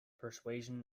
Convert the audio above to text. persuasion